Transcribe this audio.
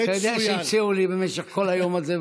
אתה יודע שהציעו לי במשך כל היום הזה,